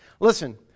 Listen